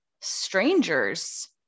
strangers